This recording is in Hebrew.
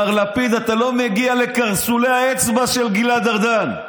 מר לפיד, אתה לא מגיע לקרסולי האצבע של גלעד ארדן,